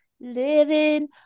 living